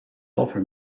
offer